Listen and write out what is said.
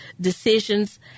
decisions